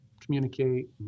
communicate